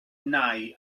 nai